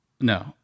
No